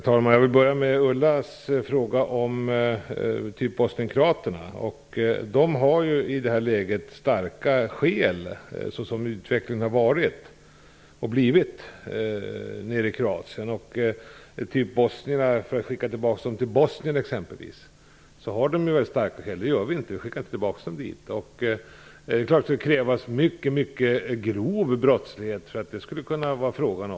Herr talman! Jag vill börja med Ulla Hoffmanns fråga om bosnienkroaterna. Som läget har utvecklats i Kroatien har de starka skäl för att stanna, liksom bosnierna. Vi skickar inte tillbaka dem till Bosnien. Det gör vi inte. Det skulle självklart gälla mycket grov brottslighet för att det skulle komma i fråga.